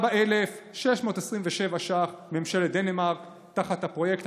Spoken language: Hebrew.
144,627 ש"ח מממשלת דנמרק תחת הפרויקט